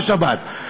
בשבת.